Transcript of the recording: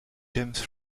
james